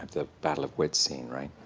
the battle of wits scene, right?